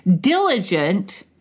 diligent